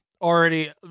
Already